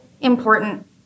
important